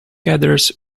gathers